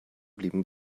blieben